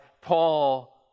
Paul